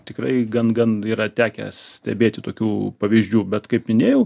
tikrai gan gan yra tekę stebėti tokių pavyzdžių bet kaip minėjau